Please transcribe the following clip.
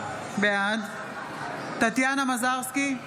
בעד טטיאנה מזרסקי,